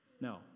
No